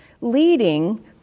leading